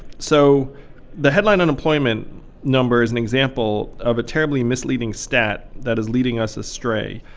so the headline unemployment number is an example of a terribly misleading stat that is leading us astray.